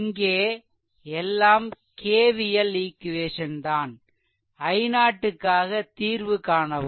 இங்கே எல்லாம் K V L equation தான் i0 க்காக தீர்வுகாணவும்